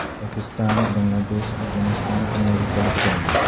Pakistan Bangladesh Afghanistan America China